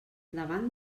davant